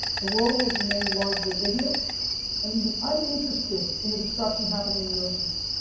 the world has remained largely ignorant and even uninterested in the destruction happening in the oceans.